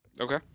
Okay